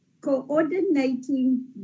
coordinating